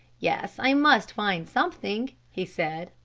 yes, i must find something, he said,